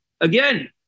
again